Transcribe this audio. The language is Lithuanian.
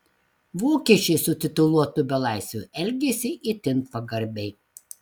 vokiečiai su tituluotu belaisviu elgėsi itin pagarbiai